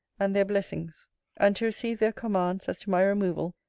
and their blessings and to receive their commands as to my removal,